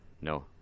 No